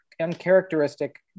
uncharacteristic